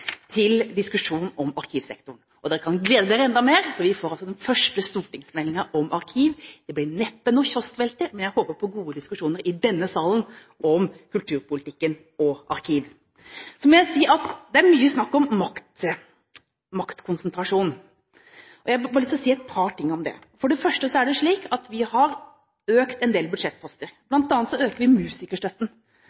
til diskusjoner om arkivsektoren. Dere kan glede dere enda mer – vi får den første stortingsmeldingen om arkiv. Det blir neppe noen kioskvelter, men jeg håper på gode diskusjoner i denne salen om kulturpolitikken og arkiv. Det er mye snakk om maktkonsentrasjon. Jeg har bare lyst til å si et par ting om det. Det er slik at vi har økt en del budsjettposter,